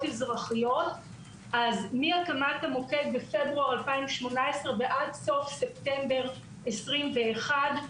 אזרחיות - מהקמת המוקד בפברואר 2018 ועד סוף ספטמבר 21',